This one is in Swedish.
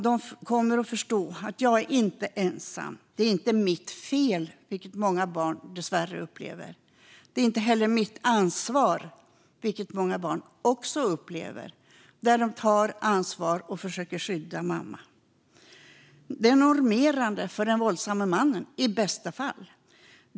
De kommer att förstå att de inte är ensamma, att det inte är deras fel, vilket många barn dessvärre upplever. Det är inte heller deras ansvar, vilket många barn också upplever, att försöka skydda mamma. Det är normerande för den våldsamme mannen - i bästa fall.